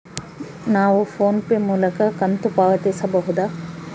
ನಾವು PhonePe ಮೂಲಕ ಕಂತು ಪಾವತಿಸಬಹುದಾ?